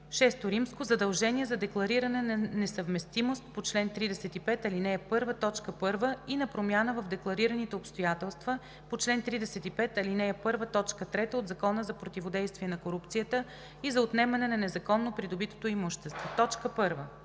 избор. VІ. Задължение за деклариране на несъвместимост по чл. 35, ал. 1, т. 1 и на промяна в декларираните обстоятелства по чл. 35, ал. 1, т. 3 от Закона за противодействие на корупцията и за отнемане на незаконно придобитото имущество. 1.